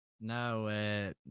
No